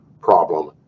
problem